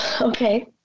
Okay